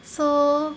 so